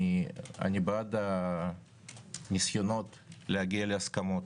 אני בעד הניסיונות להגיע להסכמות.